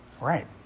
Right